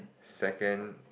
second